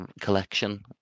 collection